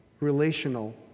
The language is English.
relational